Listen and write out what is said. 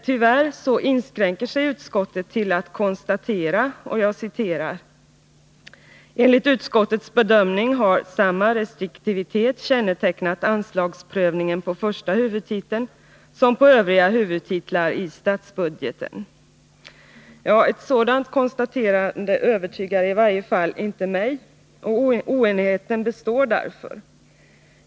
Tyvärr inskränker sig utskottet till att konstatera: ”Enligt utskottets bedömning har samma restriktivitet kännetecknat anslagsprövningen på första huvudtiteln som på övriga huvudtitlar i statsbudgeten.” Ja, ett sådant konstaterande övertygar i varje fall inte mig, och oenigheten består därför.